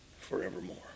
forevermore